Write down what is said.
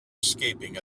escaping